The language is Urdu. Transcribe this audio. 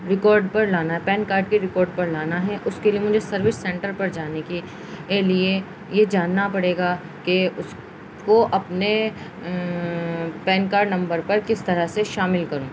ریکارڈ پر لانا ہے پین کارڈ کے ریکارڈ پر لانا ہے اس کے لیے مجھے سروس سینٹر پر جانے کے لیے یہ جاننا پڑے گا کہ اس کو اپنے پین کارڈ نمبر پر کس طرح سے شامل کروں